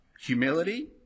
humility